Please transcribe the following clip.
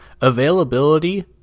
Availability